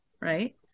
right